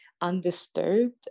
undisturbed